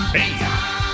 Hey